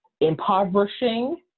impoverishing